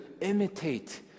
imitate